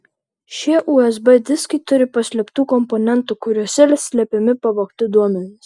šie usb diskai turi paslėptų komponentų kuriuose slepiami pavogti duomenys